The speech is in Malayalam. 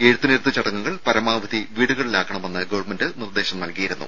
എഴുത്തിനിരുത്ത് ചടങ്ങുകൾ പരമാവധി വീടുകളിലാക്കണമെന്ന് ഗവൺമെന്റ് നിർദ്ദേശിച്ചിരുന്നു